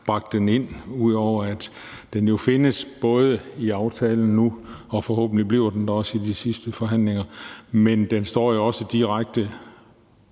teksten ind, ud over at den jo findes i aftalen nu og forhåbentlig også bliver der i de sidste forhandlinger. Men der står jo også direkte